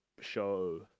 show